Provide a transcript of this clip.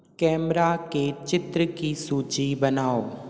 camera के चित्र की सूची बनाओ